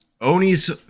Oni's